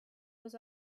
was